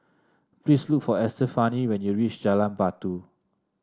please look for Estefany when you reach Jalan Batu